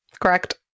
Correct